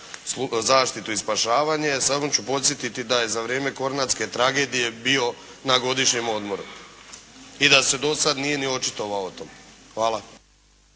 zaštitu i spašavanje. Samo ću podsjetiti da je za vrijeme “kornatske tragedije“ bio na godišnjem odmoru i da se do sada nije ni očitovao o tome. Hvala.